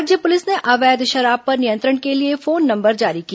राज्य पुलिस ने अवैध शराब पर नियंत्रण के लिए फोन नंबर जारी किया